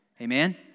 Amen